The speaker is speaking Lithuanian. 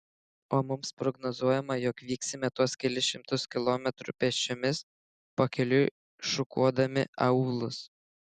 o mums prognozuojama jog vyksime tuos kelis šimtus kilometrų pėsčiomis pakeliui šukuodami aūlus